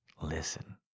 listen